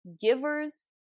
givers